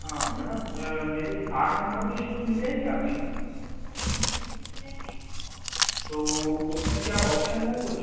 हाँ मैडम मेरे आठ नंबर के शूज़ मिल जाएंगे आपके यहाँ जी बिलकुल मिल जाएंगे तो उसमें क्या ऑप्शन है कुछ